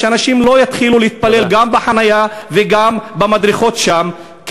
שאנשים לא יתחילו להתפלל גם בחניה וגם במדרכות שם.